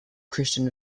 christian